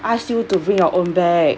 ask you to bring your own bag